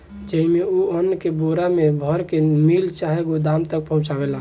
जेइमे, उ अन्न के बोरा मे भर के मिल चाहे गोदाम तक पहुचावेला